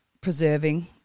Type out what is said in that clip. preserving